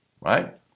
right